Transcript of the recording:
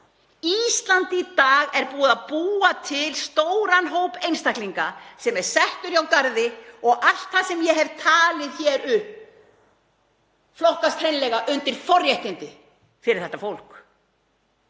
Ísland í dag er búið að búa til stóran hóp einstaklinga sem er settur hjá garði og allt það sem ég hef talið hér upp flokkast hreinlega undir forréttindi fyrir þetta fólk.